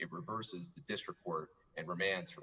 it reverses district work and reman